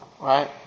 Right